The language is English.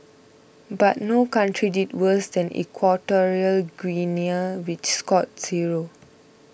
but no country did worse than Equatorial Guinea which scored zero